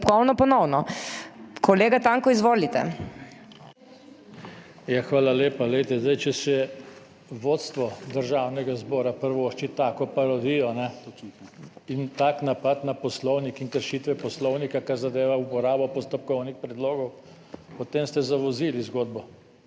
potem ste zavozili zgodbo.